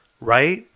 right